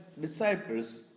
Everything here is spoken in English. disciples